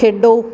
ਖੇਡੋ